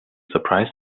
surprise